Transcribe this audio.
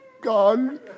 God